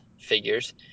figures